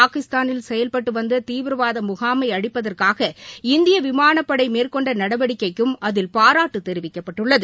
பாகிஸ்தானில் செயல்பட்டு வந்த தீவிரவாத முகாமை அழிப்பதற்காக இந்திய விமானப் படை மேற்கொண்ட நடவடிக்கைக்கும் அதில் பாராட்டு தெரிவிக்கப்பட்டுள்ளது